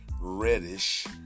reddish